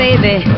Baby